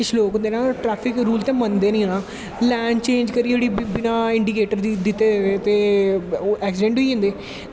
किश लोग होंदे ना ट्रैफिक रूल ते मनदे नी ना लैन चेंज करी ओड़ी बिना इंडिकेटर दित्ते दे ते ओह् ऐक्सिडैंट होई जंदे